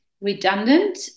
redundant